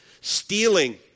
Stealing